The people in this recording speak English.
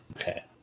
Okay